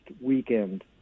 weekend